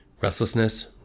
restlessness